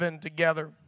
together